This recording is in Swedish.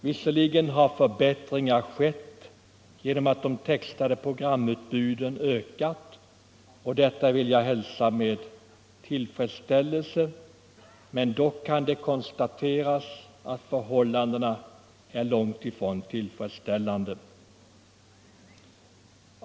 Visserligen har förbättring skett genom att de textade programutbuden ökat — och detta vill jag hälsa med tillfredsställelse — men dock kan det konstateras att förhållandena är långt ifrån tillfredsställande.